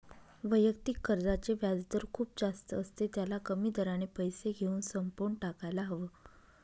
वैयक्तिक कर्जाचे व्याजदर खूप जास्त असते, त्याला कमी दराने पैसे घेऊन संपवून टाकायला हव